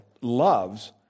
loves